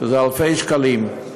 שזה אלפי שקלים.